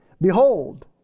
Behold